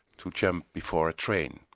to jump before a train.